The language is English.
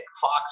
Fox